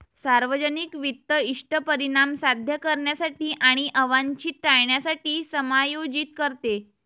सार्वजनिक वित्त इष्ट परिणाम साध्य करण्यासाठी आणि अवांछित टाळण्यासाठी समायोजित करते